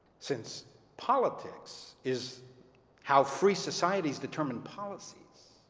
since politics is how free societies determine policies,